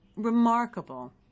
remarkable